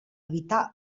evitar